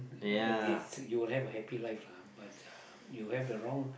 uh this you will have a happy life lah but uh you have the wrong